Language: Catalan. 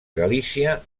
galícia